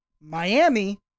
Miami